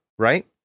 Right